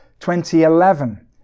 2011